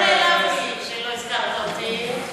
לא נעלבתי כשלא הזכרת אותי.